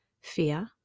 fear